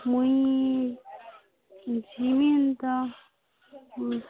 ମୁଇଁ ଯିମି ତ